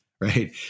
right